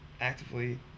actively